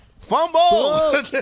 Fumble